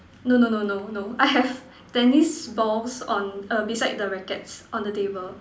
no no no no no I have tennis balls on a beside the rackets on the table